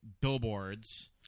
Billboards